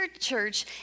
church